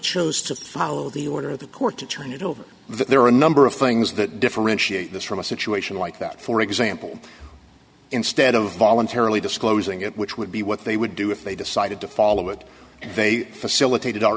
chose to follow the order of the court to turn it over there are a number of things that differentiate this from a situation like that for example instead of voluntarily disclosing it which would be what they would do if they decided to follow it they facilitated our